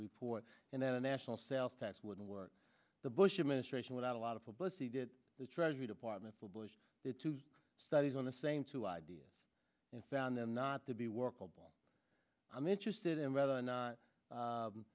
report and then a national sales tax would work the bush administration without a lot of publicity did the treasury department publish it two studies on the same two ideas and found them not to be workable i'm interested in whether or not